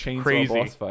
crazy